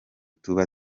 tuba